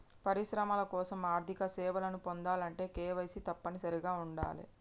పరిశ్రమల కోసం ఆర్థిక సేవలను పొందాలంటే కేవైసీ తప్పనిసరిగా ఉండాలే